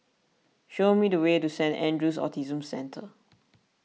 show me the way to Saint andrew's Autism Centre